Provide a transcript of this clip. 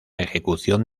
ejecución